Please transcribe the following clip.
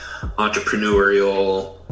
entrepreneurial